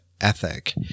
ethic